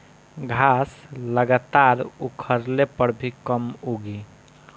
घास लगातार उखड़ले पर भी कम उगी